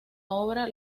obra